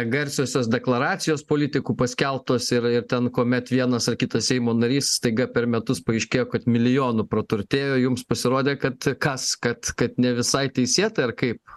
garsiosios deklaracijos politikų paskelbtos ir ir ten kuomet vienas ar kitas seimo narys staiga per metus paaiškėjo kad milijonu praturtėjo jums pasirodė kad kas kad kad ne visai teisėta ar kaip